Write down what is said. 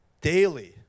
daily